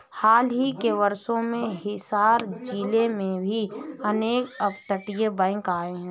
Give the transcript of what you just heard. हाल ही के वर्षों में हिसार जिले में भी अनेक अपतटीय बैंक आए हैं